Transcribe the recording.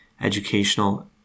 educational